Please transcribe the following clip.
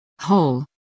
Whole